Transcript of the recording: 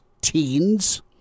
teens